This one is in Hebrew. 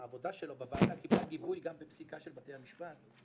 העבודה שלו בוועדה קיבלה גיבוי גם בפסיקה של בתי המשפט,